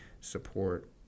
support